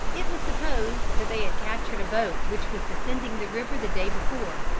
it was supposed that they had captured a boat which was descending the river the day before,